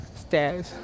stairs